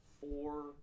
four